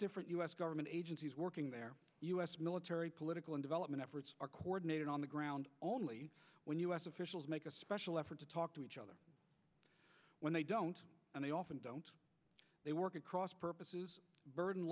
different u s government agencies working there u s military political and development efforts are coordinated on the ground only when u s officials make a special effort to talk to each other when they don't and they often don't they work at cross purposes burden